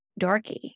dorky